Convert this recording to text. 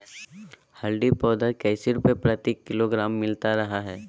हल्दी पाउडर कैसे रुपए प्रति किलोग्राम मिलता रहा है?